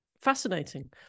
fascinating